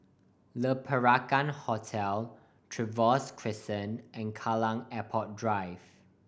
Le Peranakan Hotel Trevose Crescent and Kallang Airport Drive